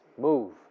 move